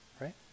right